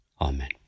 Amen